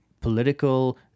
political